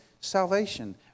salvation